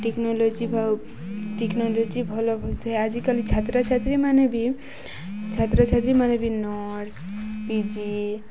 technology ବା technology ଭଲ ହୋଇଥାଏ ଆଜିକାଲି ଛାତ୍ରଛାତ୍ରୀମାନେ ବି ଛାତ୍ରଛାତ୍ରୀମାନେ ବି ନର୍ସ ପିଜି